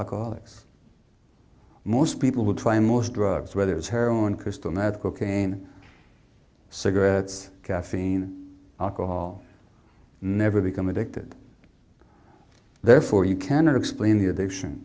alcoholics most people who try most drugs whether it's heroin crystal meth cocaine cigarettes caffeine alcohol never become addicted therefore you cannot explain the addiction